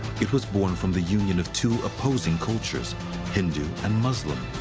it was born from the union of two opposing cultures hindu and muslim.